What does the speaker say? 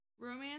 Romance